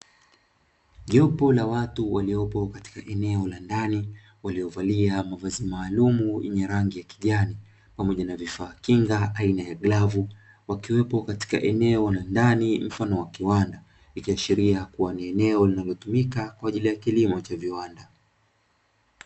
Jopo la watu waliopo katika eneo la ndani waliovalia mavazi maalumu yenye rangi ya kijani pamoja na vifaa kinga aina ya glavu, wakiwepo katika eneo lake la ndani la kiwanda ikiashiria ni eneo linalotumika kwa ajili ya kilimo cha viwanda.